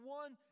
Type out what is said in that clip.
one